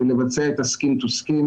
ולבצע את ה"skin to skin",